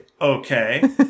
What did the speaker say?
Okay